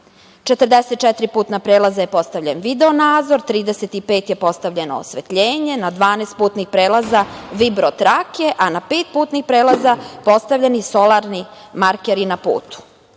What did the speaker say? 44 putna prelaza je postavljen video nadzor, 35 je postavljeno osvetljenje, na 12 putnih prelaza vibro-trake, a na pet putnih prelaza postavljeni solarni markeri na putu.